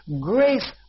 Grace